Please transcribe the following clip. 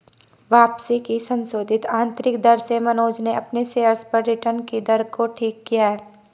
वापसी की संशोधित आंतरिक दर से मनोज ने अपने शेयर्स पर रिटर्न कि दर को ठीक किया है